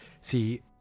See